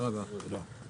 הישיבה ננעלה בשעה